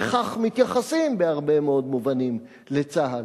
וכך מתייחסים בהרבה מאוד מובנים לצה"ל.